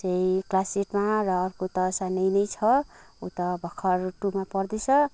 चाहिँ क्लास एटमा र अर्को त सानै नै छ उ त भर्खर टूमा पढ्दैछ